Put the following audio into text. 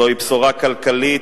זוהי בשורה כלכלית,